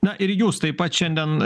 na ir jūs taip pat šiandien